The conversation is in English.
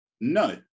no